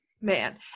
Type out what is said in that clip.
Man